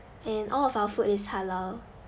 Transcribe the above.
and all of our food is halal